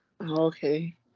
Okay